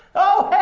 oh hey. yeah,